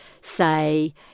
say